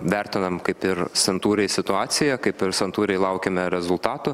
vertinam kaip ir santūriai situaciją kaip ir santūriai laukiame rezultatų